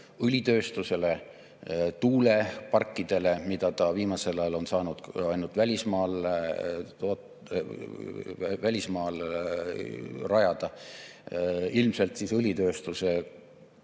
õlitööstusele, tuuleparkidele, mida ta viimasel ajal on saanud ainult välismaal rajada, ilmselt õlitööstuse jääkide